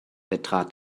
betrat